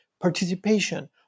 participation